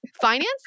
finance